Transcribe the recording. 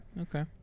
Okay